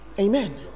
Amen